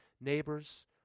neighbors